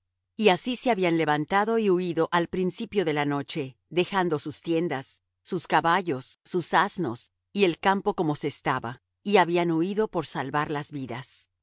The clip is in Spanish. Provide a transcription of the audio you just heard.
y así se habían levantado y huído al principio de la noche dejando sus tiendas sus caballos sus asnos y el campo como se estaba y habían huído por salvar las vidas